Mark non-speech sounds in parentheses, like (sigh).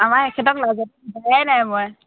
(unintelligible)